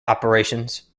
operations